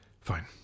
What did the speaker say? Fine